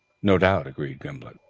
no doubt, agreed gimblet.